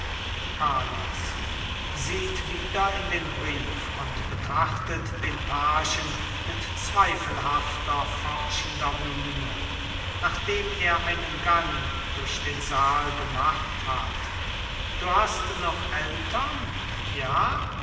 carlos sieht wieder in den brief und betrachtet den pagen mit zweifelhafter forschender miene nachdem er einen gang durch den saal gemacht hat du hast noch eltern ja